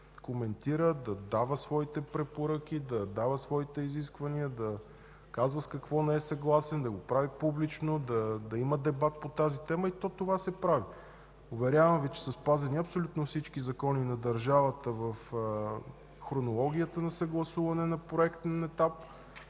да коментира, да дава своите препоръки, своите изисквания, да казва с какво не е съгласен, да го прави публично, да има дебат по тази тема и това се прави. Уверявам Ви, че са спазени абсолютно всички закони на държавата в хронологията на съгласуване на проектен етап,